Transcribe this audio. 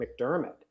McDermott